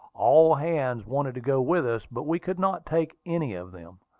all hands wanted to go with us, but we could not take any of them.